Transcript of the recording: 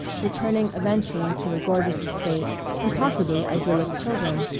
returning eventually to a gorgeous estate and possible idyllic children,